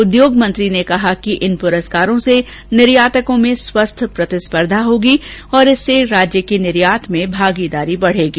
उद्योग मंत्री ने कहा कि इन पुरस्कारों से निर्यातकों में स्वस्थ प्रतिस्पर्धा होगी और इससे राज्य की निर्यात में भागीदारी बढेगी